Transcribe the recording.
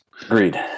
agreed